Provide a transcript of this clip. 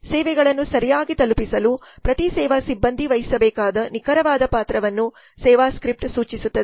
ಸೇವೆಗಳನ್ನು ಸರಿಯಾಗಿ ತಲುಪಿಸಲು ಪ್ರತಿ ಸೇವಾ ಸಿಬ್ಬಂದಿ ವಹಿಸಬೇಕಾದ ನಿಖರವಾದ ಪಾತ್ರವನ್ನು ಸೇವಾ ಸ್ಕ್ರಿಪ್ಟ್ ಸೂಚಿಸುತ್ತದೆ